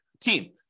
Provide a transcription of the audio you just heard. Team